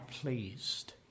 pleased